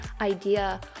idea